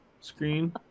screen